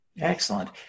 Excellent